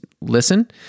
listen